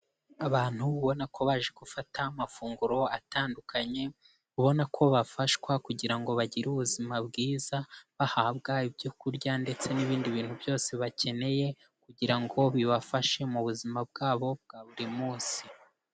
Abantu ubona ko baje gufata amafunguro atandukanye, ubona ko bafashwa kugira ngo bagire ubuzima bwiza, bahabwa ibyo kurya ndetse n'ibindi bintu byose bakeneye kugira ngo bibafashe mu buzima bwabo bwa buri munsi.